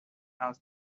asked